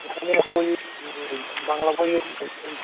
নাইনের বই বাংলা বই ওই